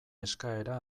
eskaera